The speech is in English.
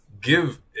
give